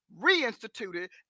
reinstituted